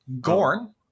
Gorn